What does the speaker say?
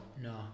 no